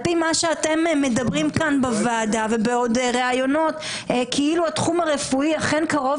פי שאתם מדברים כאן בוועדה ובעוד ראיונות כאילו התחום הרפואי אכן קרוב